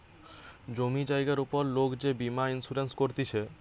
জমি জায়গার উপর লোক যে বীমা ইন্সুরেন্স করতিছে